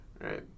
Right